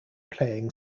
playing